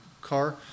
car